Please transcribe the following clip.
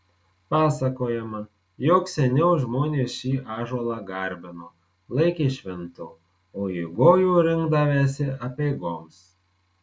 pasakojama jog seniau žmonės šį ąžuolą garbino laikė šventu o į gojų rinkdavęsi apeigoms